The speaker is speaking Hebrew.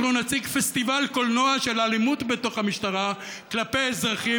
אנחנו נציג פסטיבל קולנוע של אלימות המשטרה כלפי אזרחים,